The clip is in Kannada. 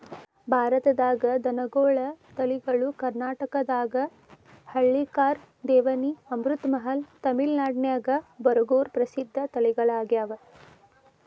ಭಾರತದಾಗ ದನಗೋಳ ತಳಿಗಳು ಕರ್ನಾಟಕದಾಗ ಹಳ್ಳಿಕಾರ್, ದೇವನಿ, ಅಮೃತಮಹಲ್, ತಮಿಳನಾಡಿನ್ಯಾಗ ಬರಗೂರು ಪ್ರಸಿದ್ಧ ತಳಿಗಳಗ್ಯಾವ